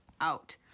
out